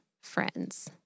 friends